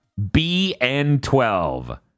BN12